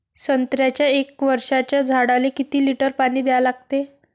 संत्र्याच्या एक वर्षाच्या झाडाले किती लिटर पाणी द्या लागते?